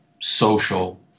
social